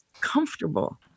comfortable